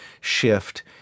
shift